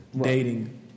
dating